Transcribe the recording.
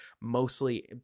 mostly